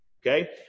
Okay